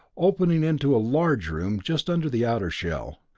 opening into a large room just under the outer shell.